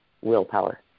willpower